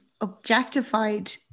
objectified